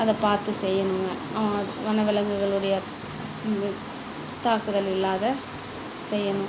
அதை பார்த்து செய்யணுங்க வானவிலங்குகளுடைய தாக்குதல் இல்லாத செய்யணும்